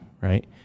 right